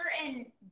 certain